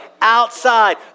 outside